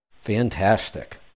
Fantastic